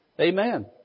Amen